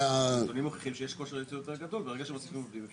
הנתונים מוכיחים שיש כושר ייצור גדול יותר ברגע שמוסיפים עובדים.